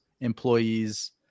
employees